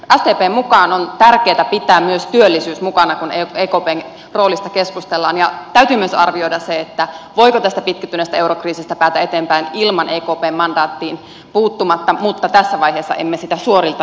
sdpn mukaan on tärkeätä pitää myös työllisyys mukana kun ekpn roolista keskustellaan ja täytyy myös arvioida se voiko tästä pitkittyneestä eurokriisistä päästä eteenpäin ilman ekpn mandaattiin puuttumista mutta tässä vaiheessa emme sitä suorilta lähde vaatimaan